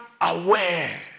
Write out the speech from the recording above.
aware